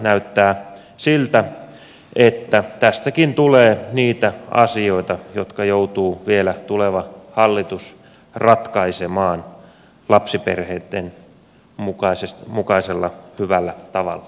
näyttää siltä että tästäkin tulee niitä asioita jotka joutuu vielä tuleva hallitus ratkaisemaan lapsiperheitten mukaisella hyvällä tavalla